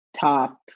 top